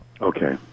Okay